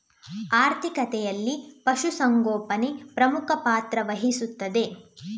ಆರ್ಥಿಕತೆಯಲ್ಲಿ ಪಶು ಸಂಗೋಪನೆ ಪ್ರಮುಖ ಪಾತ್ರ ವಹಿಸುತ್ತದೆ